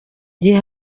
kibazo